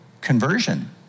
conversion